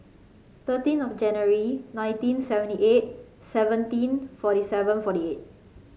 thirteen of January nineteen seventy eight seventeen forty seven forty eight